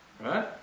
Right